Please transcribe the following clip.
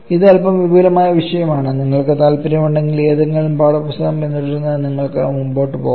ഇത് അൽപ്പം വിപുലമായ വിഷയമാണ് നിങ്ങൾക്ക് താൽപ്പര്യമുണ്ടെങ്കിൽ ഏതെങ്കിലും പാഠപുസ്തകം പിന്തുടരുന്ന് നിങ്ങൾക്ക് മുന്നോട്ട് പോകാം